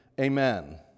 amen